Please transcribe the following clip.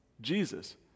Jesus